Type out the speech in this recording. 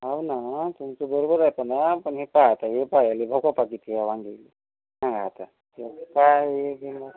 हो ना तुमचं बरोबर आहे चला पण हे पहा आता हे पहा याली भोकं पहा किती या वांगेली सांगा आता हे काय हे की मग